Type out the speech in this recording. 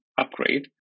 upgrade